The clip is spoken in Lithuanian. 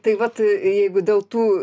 tai vat jeigu dėl tų